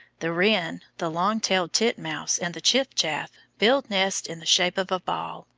the wren, the long-tailed titmouse, and the chiff-chaff, build nests in the shape of a ball,